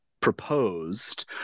proposed